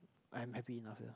I am happy enough liao